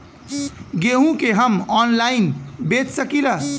गेहूँ के हम ऑनलाइन बेंच सकी ला?